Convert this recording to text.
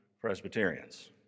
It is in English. Presbyterians